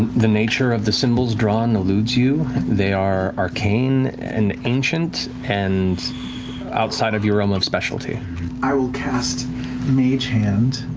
the nature of the symbols drawn eludes you. they are arcane and ancient, and outside of your realm of specialty. sam i will cast mage hand,